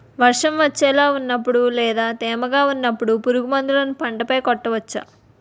వర్షం వచ్చేలా వున్నపుడు లేదా తేమగా వున్నపుడు పురుగు మందులను పంట పై కొట్టవచ్చ?